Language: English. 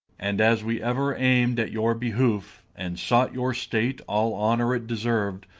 and as we ever aim'd at your behoof, and sought your state all honour it deserv'd,